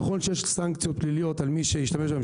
נכון שיש סנקציות פליליות על מי שהשתמש בהם